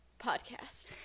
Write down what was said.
podcast